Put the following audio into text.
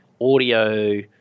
audio